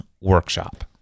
workshop